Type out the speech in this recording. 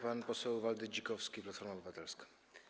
Pan poseł Waldy Dzikowski, Platforma Obywatelska.